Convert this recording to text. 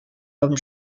comme